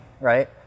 right